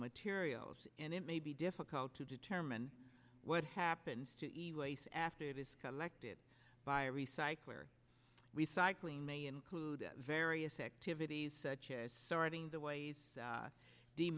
materials and it may be difficult to determine what happens to after it is collected by recycler recycling may include various activities such as sorting the ways